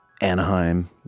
Anaheim